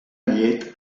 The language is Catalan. llet